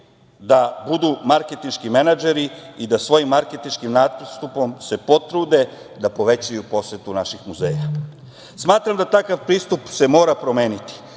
da budu marketinški menadžeri i da svojim marketinškim nastupom se potrude da povećaju posetu naših muzeja. Smatram da takav pristup se mora promeniti